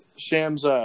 Shams